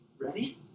Ready